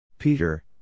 Peter